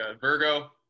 Virgo